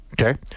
Okay